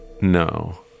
No